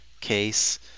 case